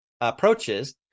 approaches